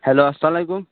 hello اَسَلامُ عَلیکُم